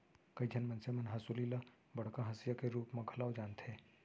कइ झन मनसे मन हंसुली ल बड़का हँसिया के रूप म घलौ जानथें